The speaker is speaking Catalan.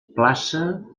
plaça